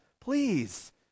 Please